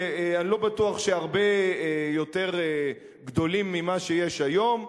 אני לא בטוח שהרבה יותר גדולים ממה שיש היום,